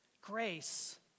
grace